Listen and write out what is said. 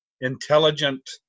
intelligent